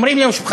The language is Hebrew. אומרים לי,